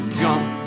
jump